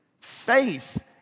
Faith